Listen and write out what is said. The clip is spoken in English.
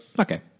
Okay